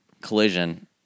collision